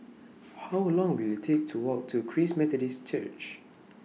How Long Will IT Take to Walk to Christ Methodist Church